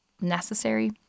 necessary